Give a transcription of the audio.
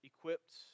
equipped